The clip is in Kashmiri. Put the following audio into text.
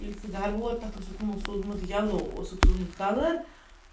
ییٚلہِ سُہ گَرٕ ووت تَتھ اوسُکھ تِمو سوٗزمُت یَلو اوسُکھ سوٗزمُت کَلَر